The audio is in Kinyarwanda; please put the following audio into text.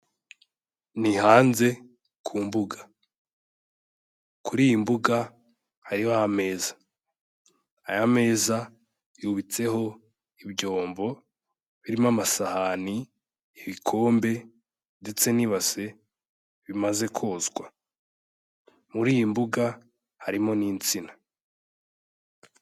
Ni hanze ku mbuga, kuri iyi mbuga hariho ameza, aya meza yubitseho ibyombo birimo amasahani, ibikombe ndetse n'ibase bimaze kozwa, muri iyi mbuga harimo n'insina.